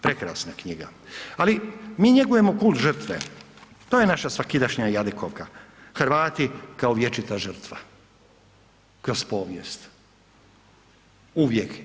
Prekrasna knjiga, ali mi njegujemo kult žrtve, to je naša svakidašnja jadikovka, Hrvati kao vječita žrtva kroz povijest.